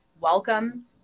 welcome